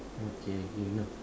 okay you know